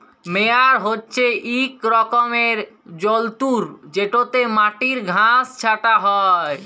মেয়ার হছে ইক রকমের যল্তর যেটতে মাটির ঘাঁস ছাঁটা হ্যয়